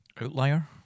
outlier